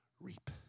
reap